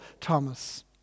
Thomas